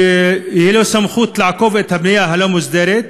שתהיה לו סמכות לאכוף את הבנייה הלא-מוסדרת,